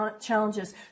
challenges